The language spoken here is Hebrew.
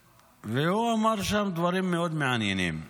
והוא אמר שם דברים מאוד מעניינים.